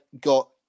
got